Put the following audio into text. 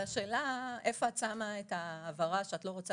השאלה היא איפה את שמה את ההבהרה שאת לא רוצה